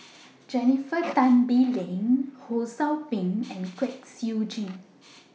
Jennifer Tan Bee Leng Ho SOU Ping and Kwek Siew Jin